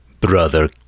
Brother